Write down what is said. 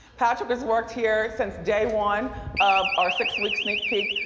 patrick has worked here since day one of our six-week sneak peek.